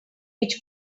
which